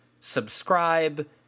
subscribe